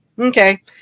Okay